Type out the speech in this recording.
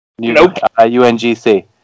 UNGC